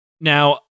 Now-